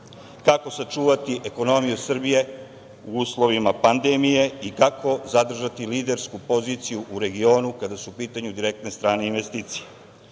kako sačuvati ekonomiju Srbije u uslovima pandemije i kako zadržati lidersku poziciju u regionu kada su u pitanju direktne strane investicije.